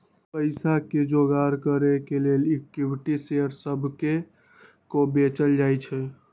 पईसा के जोगार करे के लेल इक्विटी शेयर सभके को बेचल जाइ छइ